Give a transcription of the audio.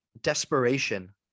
desperation